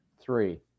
Three